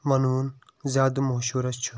وَنوُن زیادٕ مشہوٗر حظ چھُ